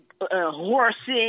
horses